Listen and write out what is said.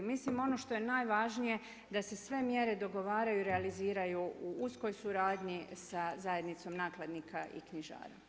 Mislim ono što je najvažnije, da se sve mjere dogovaraju i realiziraju u uskoj suradnji sa Zajednicom nakladnika i knjižara.